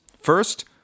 First